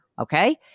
Okay